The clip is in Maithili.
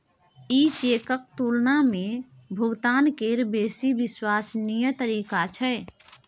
ई चेकक तुलना मे भुगतान केर बेसी विश्वसनीय तरीका छै